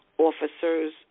Officers